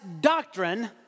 doctrine